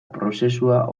prozesua